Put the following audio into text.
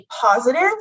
positive